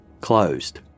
Closed